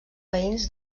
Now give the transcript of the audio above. veïns